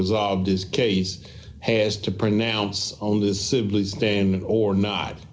resolved his case has to pronounce on this simply standing or not